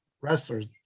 wrestlers